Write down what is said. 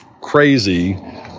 crazy